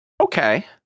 Okay